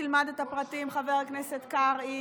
תלמד את הפרטים, חבר הכנסת קרעי.